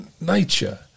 nature